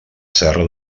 serra